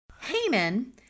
Haman